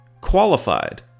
qualified